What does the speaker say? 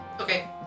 Okay